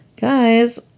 Guys